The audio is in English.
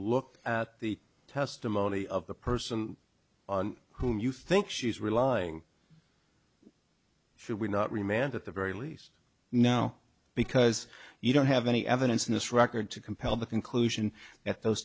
look at the testimony of the person on whom you think she's relying should we not remained at the very least now because you don't have any evidence in this record to compel the conclusion that those